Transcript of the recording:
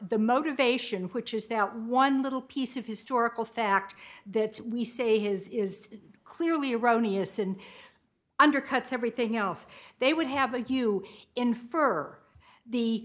the motivation which is that one little piece of historical fact that we say his is clearly erroneous and undercuts everything else they would have it you infer the